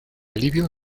alivio